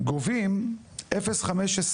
גובים 0.15